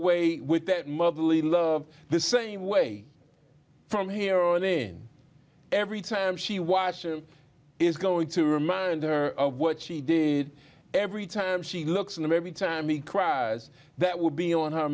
way with that motherly love the same way from here on in every time she watches is going to remind her of what she did every time she looks and every time he cries that would be on her